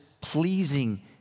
pleasing